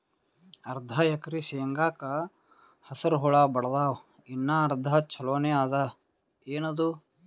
ಅರ್ಧ ಎಕರಿ ಶೇಂಗಾಕ ಹಸರ ಹುಳ ಬಡದಾವ, ಇನ್ನಾ ಅರ್ಧ ಛೊಲೋನೆ ಅದ, ಏನದು?